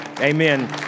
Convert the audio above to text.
Amen